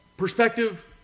Perspective